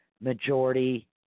majority